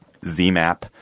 ZMAP